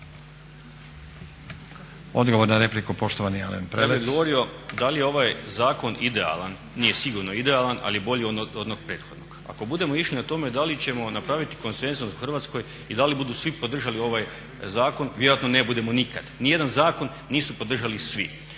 Odgovor na repliku, poštovani Alen Prelec. **Prelec, Alen (SDP)** Ja bih odgovorio da li je ovaj zakon idealan? Nije sigurno idealan, ali je bolji od onog prethodnog. Ako budemo išli na tome da li ćemo napraviti konsenzus u Hrvatskoj i da li budu svi podržali ovaj zakon vjerojatno ne budemo nikad. Ni jedan zakon nisu podržali svi.